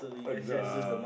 uh uh